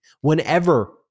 whenever